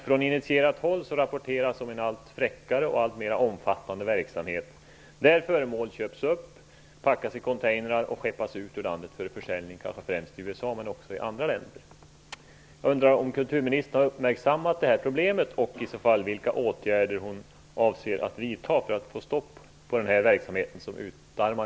Från initierat håll rapporteras om en allt fräckare och alltmer omfattande verksamhet, där föremål köps upp, packas i containrar och skeppas ut ur landet för försäljning, främst i USA men också i andra länder.